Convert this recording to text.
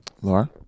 Laura